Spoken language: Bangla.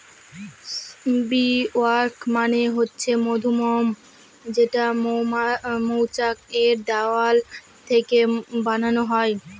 বী ওয়াক্স মানে হচ্ছে মধুমোম যেটা মৌচাক এর দেওয়াল থেকে বানানো হয়